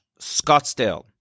Scottsdale